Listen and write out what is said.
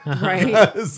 Right